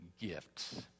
gifts